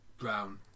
Brown